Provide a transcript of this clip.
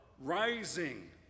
rising